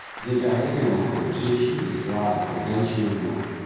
the diagonal composition is rather conventional,